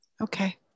Okay